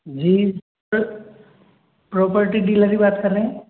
जी property dealer ही बात कर रहें